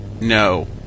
No